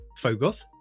Fogoth